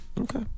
Okay